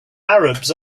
arabs